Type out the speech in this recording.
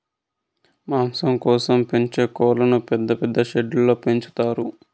మాంసం కోసం పెంచే కోళ్ళను పెద్ద పెద్ద షెడ్లలో పెంచుతారు